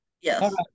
Yes